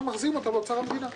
אנחנו מחזירים אותה לאוצר המדינה.